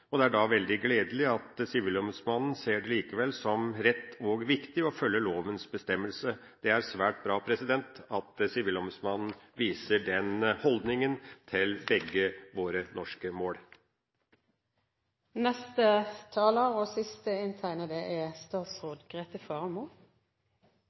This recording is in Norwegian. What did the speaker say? Sivilombudsmannen. Det er da veldig gledelig at Sivilombudsmannen likevel ser det som rett og viktig å følge lovens bestemmelse. Det er svært bra at Sivilombudsmannen viser den holdningen til begge våre norske mål. Jeg fikk et direkte spørsmål fra komiteens leder som jeg synes det er riktig og